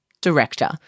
director